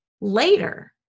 Later